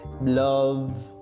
love